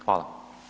Hvala.